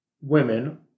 women